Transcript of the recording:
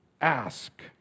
ask